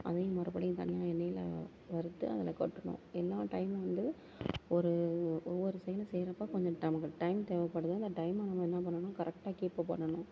அதையும் மறுபடியும் தனியாக எண்ணெயில் வறுத்து அதில் கொட்டணும் எல்லாம் டைமும் வந்து ஒரு ஒவ்வொரு செயல் செய்கிறப்ப கொஞ்சம் நமக்கு டைம் தேவப்படுது அந்த டைம நாம என்ன பண்ணணும்னா கரெக்டாக கீப்பப் பண்ணணும்